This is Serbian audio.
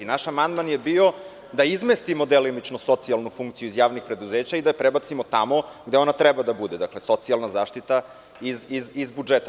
Naš amandman je bio da izmestimo delimično socijalnu funkciju iz javnih preduzeća i da je prebacimo tamo gde ona treba da bude, dakle socijalna zaštita iz budžeta.